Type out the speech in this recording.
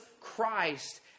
Christ